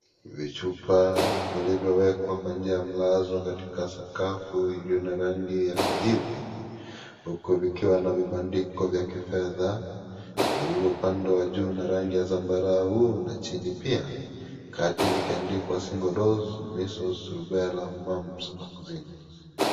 Vichupa vilivyowekwa kwa njia ya mlazo katika sakafu iliyo na rangi ya kijivu huku vikiwa na vibandiko vya kifedha vilipangwa juu na rangi ya sambarau na chini pia kati vikiandikwa single dose measles rubella mumps vaccine .